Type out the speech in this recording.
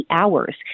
hours